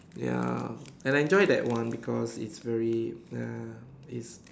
ya I enjoyed that one because it's very uh it's